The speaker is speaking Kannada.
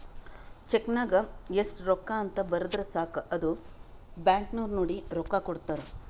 ಚೆಕ್ ನಾಗ್ ಎಸ್ಟ್ ರೊಕ್ಕಾ ಅಂತ್ ಬರ್ದುರ್ ಸಾಕ ಅದು ಬ್ಯಾಂಕ್ ನವ್ರು ನೋಡಿ ರೊಕ್ಕಾ ಕೊಡ್ತಾರ್